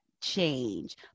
change